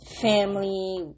family